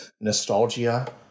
nostalgia